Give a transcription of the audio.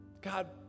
God